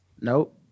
Nope